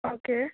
okay